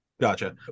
Gotcha